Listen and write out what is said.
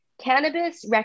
cannabis